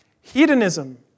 Hedonism